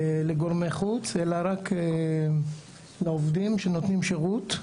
לגורמי חוץ אלא רק לעובדים שנותנים שירות,